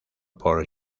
por